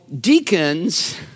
deacons